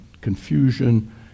confusion